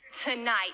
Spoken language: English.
Tonight